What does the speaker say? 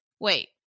Wait